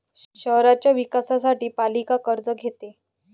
शहराच्या विकासासाठी पालिका कर्ज घेते